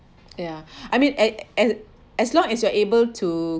ya I mean as as as long as you are able to